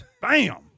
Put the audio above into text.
Bam